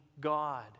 God